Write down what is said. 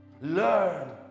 learn